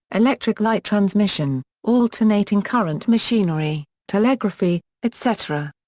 electric light transmission, alternating-current machinery, telegraphy, etc.